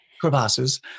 Crevasses